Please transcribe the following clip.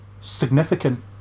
significant